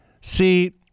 See